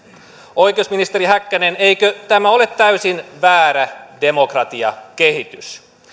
oikeusministeri häkkänen eikö tämä ole täysin väärä demokratiakehitys